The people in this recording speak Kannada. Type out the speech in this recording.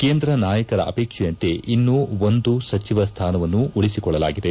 ಕೇಂದ್ರ ನಾಯಕರ ಅವೇಕ್ಷೆಯಂತೆ ಇನ್ನೂ ಒಂದು ಸಚಿವ ಸ್ವಾನವನ್ನು ಉಳಿಸಿಕೊಳ್ಳಲಾಗಿದೆ